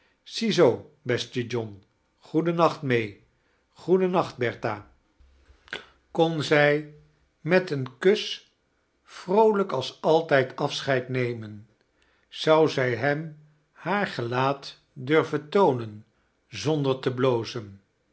beste john goeden nacht may goeden nacht bertha kon zij met een kus vroolijk als altijd afscheid nemen zou zij hem haar gelaat durven toonen zonder te blozen